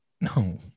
no